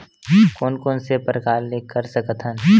कोन कोन से प्रकार ले कर सकत हन?